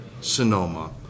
Sonoma